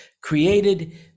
created